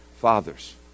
fathers